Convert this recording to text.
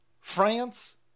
france